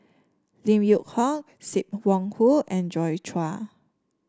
Lim Yew Hock Sim Wong Hoo and Joi Chua